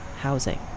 housing